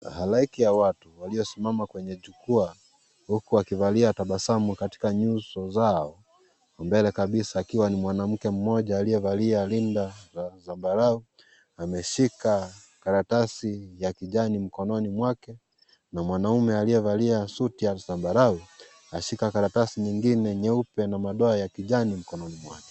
Halaiki ya watu waliosimama kwenye jukwaa huku wakivalia tabasamu katika nyuso zao. Mbele kabisa akiwa ni mwanamke mmoja aliyevalia rinda la zambarau ameshika karatasi ya kijani mkononi mwake na mwanaume aliyevalia suti ya zambarau anashika karatasi nyingine nyeupe na madoa ya kijani mikononi mwake.